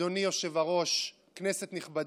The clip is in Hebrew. אדוני היושב-ראש, כנסת נכבדה,